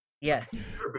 Yes